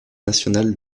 nationale